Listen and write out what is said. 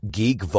Geek